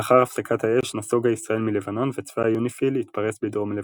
לאחר הפסקת האש נסוגה ישראל מלבנון וצבא יוניפי"ל התפרס בדרום לבנון.